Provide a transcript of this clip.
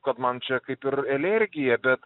kad man čia kaip ir elergija bet